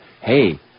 hey